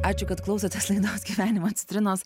ačiū kad klausotės laidos gyvenimo citrinos